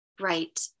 Right